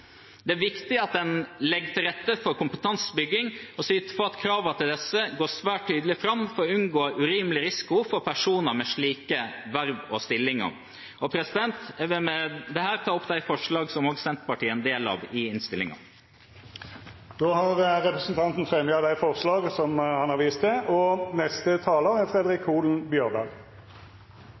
Det er viktig at en legger til rette for kompetansebygging og sørger for at kravene til disse framgår svært tydelig – for å unngå urimelig risiko for personer med slike verv og stillinger. Jeg vil med dette ta opp forslaget i innstillingen som Senterpartiet har fremmet sammen med andre partier. Representanten Sigbjørn Gjelsvik har teke opp det forslaget han refererte til. Å nedkjempe og førebyggje kvitvasking er